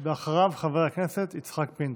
אחריו, חבר הכנסת יצחק פינדרוס.